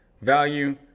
Value